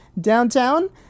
downtown